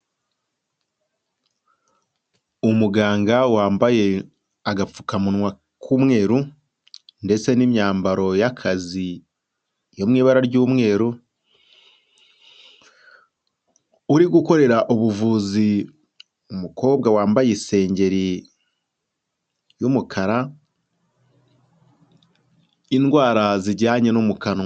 Umuganga wambaye agapfukamunwa k'umweru ndetse n'imyambaro y'akazi yo mu ibara ry'umweru, uri gukorera ubuvuzi umukobwa wambaye isengeri y'umukara indwara zijyanye no mu kanwa.